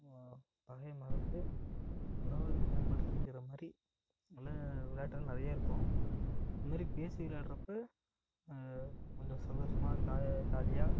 பகையை மறந்து உறவை மேம்படுத்திக்கிற மாதிரி நல்ல விளையாட்டெல்லாம் நிறைய இருக்கும் இது மாரி பேசி விளாட்றப்போ கொஞ்சம் சந்தோசமா ஜாலி ஜாலியா